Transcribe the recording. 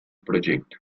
proyecto